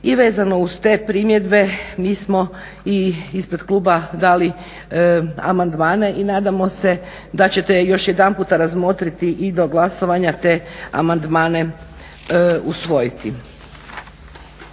i vezano uz te primjedbe mi smo i ispred kluba dali amandmane i nadamo se da ćete još jedanputa razmotriti i do glasovanja te amandmane usvojiti.